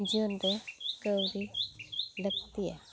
ᱡᱤᱭᱚᱱᱨᱮ ᱠᱟᱹᱣᱰᱤ ᱞᱟᱹᱠᱛᱤᱭᱟ